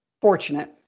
fortunate